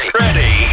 ready